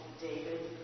David